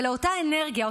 לאותה אנרגיה,